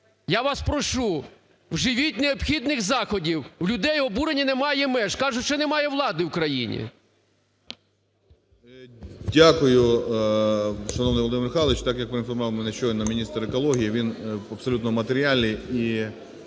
Я вас прошу вживіть необхідних заходів, у людей обуренню немає меж, кажуть, що немає влади в країні.